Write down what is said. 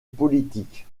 politique